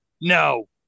No